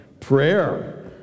Prayer